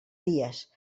dies